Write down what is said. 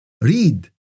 Read